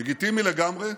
לגיטימי לגמרי,